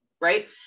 right